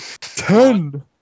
Ten